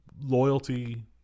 loyalty